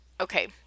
Okay